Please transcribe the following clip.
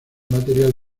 material